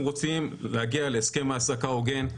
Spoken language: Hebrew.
אנחנו רוצים להגיע להסכם העסקה הוגן,